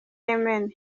yemen